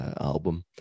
album